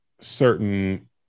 certain